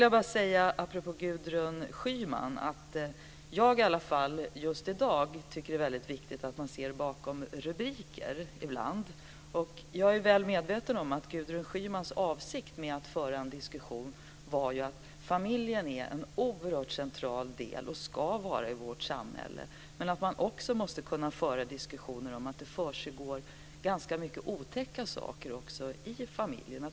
Apropå Gudrun Schyman tycker jag just i dag att det är väldigt viktigt att ibland se bakom rubriker. Jag är väl medveten om Gudrun Schymans avsikt med att föra en diskussion. Familjen är en oerhört central del i vårt samhälle och ska vara det. Men man måste också kunna föra diskussioner om att det försiggår ganska mycket otäcka saker också i familjen.